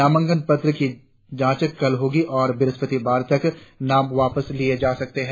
नामांकन पत्रों की जांच कल होगी और बृहस्पतिवार तक नाम वापिस लिए जा सकते है